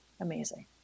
Amazing